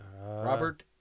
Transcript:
Robert